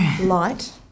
light